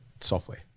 software